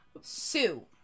Sue